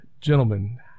Gentlemen